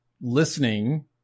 listening